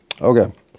okay